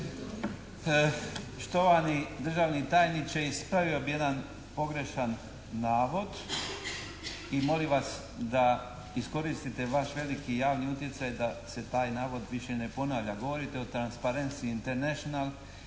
Štovani državni tajniče ispravio bih jedan pogrešan navod i molim vas da iskoristite vaš veliki javni utjecaj da se taj navod više ne ponavlja. Govorite o transparensy international,